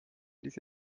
diese